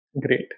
Great